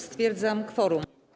Stwierdzam kworum.